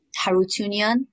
Harutunian